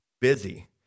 busy